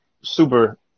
Super